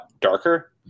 darker